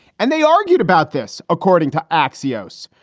and they argued about this according to axios.